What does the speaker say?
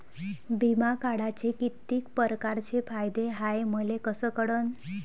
बिमा काढाचे कितीक परकारचे फायदे हाय मले कस कळन?